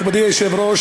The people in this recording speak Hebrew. מכובדי היושב-ראש,